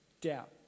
doubt